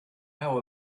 how